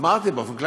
אמרתי באופן כללי,